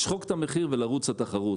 לשחוק את המחיר ולרוץ על התחרות.